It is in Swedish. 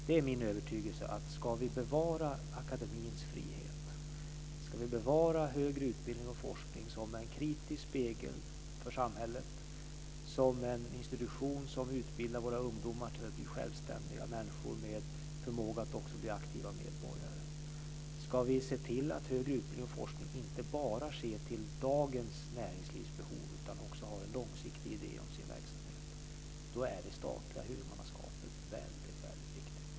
Det är min övertygelse att om vi ska bevara akademiens frihet, ska vi bevara högre utbildning och forskning som en kritisk spegel för samhället, som en institution som utbildar våra ungdomar till självständiga människor med förmåga att bli aktiva medborgare, ska vi se till att högre utbildning och forskning inte bara sker till dagens näringslivs behov utan också har en långsiktig idé om sin verksamhet. Då är det statliga huvudmannaskapet väldigt viktigt.